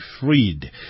freed